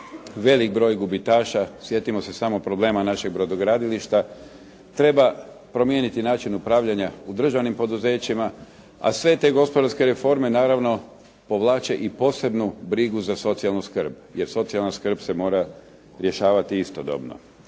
Velik broj gubitaša, sjetimo se samo problema našeg "Brodogradilišta" treba promijeniti način upravljanja u državnim poduzećima, a sve te gospodarske reforme naravno povlače i posebnu brigu za socijalnu skrb jer socijalna skrb se mora rješavati istodobno.